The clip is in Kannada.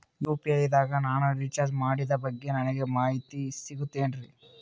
ಯು.ಪಿ.ಐ ನಾಗ ನಾನು ರಿಚಾರ್ಜ್ ಮಾಡಿಸಿದ ಬಗ್ಗೆ ನನಗೆ ಮಾಹಿತಿ ಸಿಗುತೇನ್ರೀ?